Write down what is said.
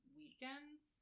weekends